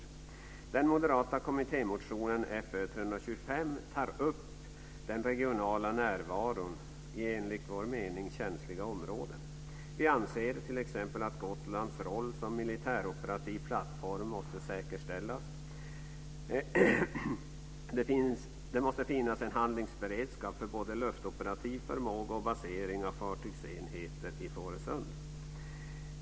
I den moderata kommittémotionen Fö325 tar vi upp den regionala närvaron i enligt vår mening känsliga områden. Vi anser t.ex. att Gotlands roll som militäroperativ plattform måste säkerställas. Det måste finnas en handlingsberedskap för både luftoperativ förmåga och basering av fartygsenheter i Fårösund.